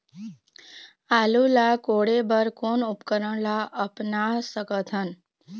आलू ला कोड़े बर कोन उपकरण ला अपना सकथन?